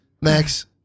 Max